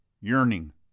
Yearning